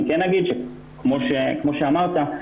כמו שאמרת,